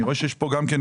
אני רואה שיש כאן אפליה.